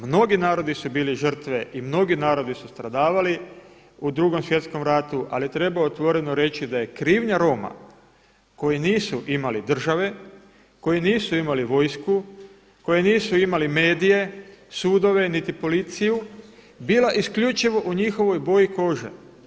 Mnogi narodi su bili žrtve i mnogi narodi su stradavali u Drugom svjetskom ratu, ali treba otvoreno reći da je krivnja Roma koji nisu imali države, koji nisu imali vojsku, koji nisu imali medije, sudove niti policiju bila isključivo u njihovoj boji kože.